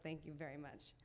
thank you very much